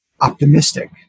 optimistic